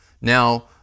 Now